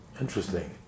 Interesting